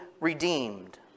redeemed